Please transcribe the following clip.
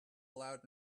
loud